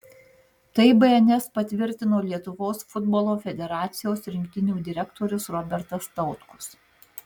tai bns patvirtino lietuvos futbolo federacijos rinktinių direktorius robertas tautkus